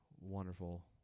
wonderful